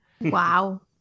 Wow